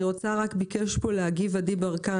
ביקש להגיב עדי ברקן,